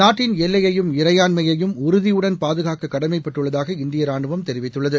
நாட்டின் எல்லையையும் இறையாண்மையையும் உறுதியுடன் பாதுகாக்க கடமைப்பட்டுள்ளதாக இந்திய ராணுவம் தெரிவித்துள்ளது